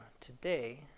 today